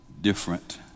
different